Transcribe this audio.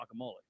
guacamole